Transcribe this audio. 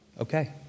Okay